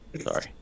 Sorry